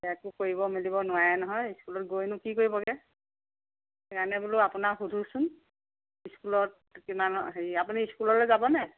একো কৰিব মেলিব নোৱাৰে নহয় ইস্কূলত গৈ নো কি কৰিবগে সেইকাৰণে বোলো আপোনাক সোধোচোন ইস্কুলত কিমান হেৰি আপুনি ইস্কুললৈ যাব নে